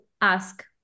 ask